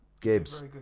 Gibbs